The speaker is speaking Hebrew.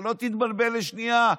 שלא תתבלבל לשנייה,